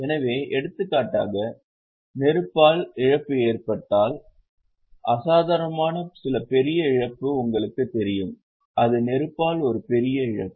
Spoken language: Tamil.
எனவே எடுத்துக்காட்டாக நெருப்பால் இழப்பு ஏற்பட்டால் அசாதாரணமான சில பெரிய இழப்பு உங்களுக்குத் தெரியும் அது நெருப்பால் ஒரு பெரிய இழப்பு